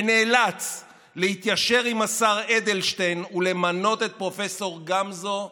ונאלץ להתיישר עם השר אדלשטיין ולמנות את פרופ' גמזו לפרויקטור.